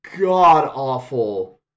god-awful